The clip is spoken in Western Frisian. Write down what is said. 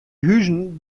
huzen